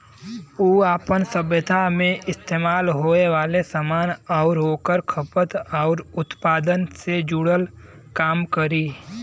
उ आपन सभ्यता मे इस्तेमाल होये वाले सामान आउर ओकर खपत आउर उत्पादन से जुड़ल काम करी